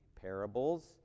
parables